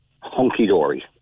Hunky-dory